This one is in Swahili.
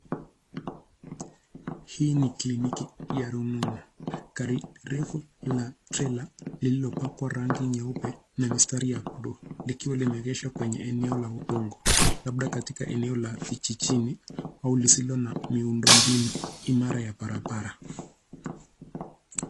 Hii ni kliniki ya rununu. Gari refu la trela lililopakwa rangi nyeupe na mistari ya bluu, likiwa lime egeshwa kwenye eneo la udongo. Labda katika eneo la vijijini au lisilo na miundo mbinu, imara ya barabara.